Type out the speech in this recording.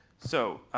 so